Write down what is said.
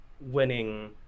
winning